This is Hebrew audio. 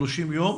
30 יום,